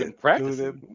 practice